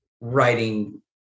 writing